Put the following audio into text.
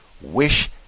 wish